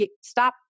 stop